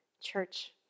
Church